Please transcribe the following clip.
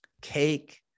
cake